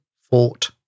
fought